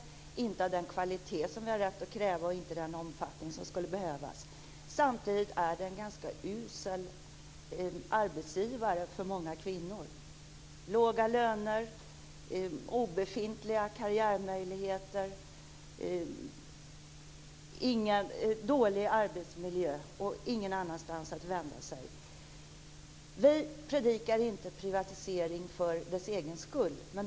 Den uppvisar inte den kvalitet som vi har rätt att kräva och har inte den omfattning som skulle behövas. Samtidigt är den offentliga sektorn en ganska usel arbetsgivare för många kvinnor: låga löner, obefintliga karriärmöjligheter, dålig arbetsmiljö och ingen annanstans att vända sig. Vi predikar inte privatisering för dess egen skull.